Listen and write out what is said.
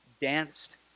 danced